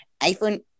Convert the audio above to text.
iPhone